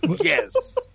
yes